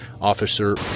Officer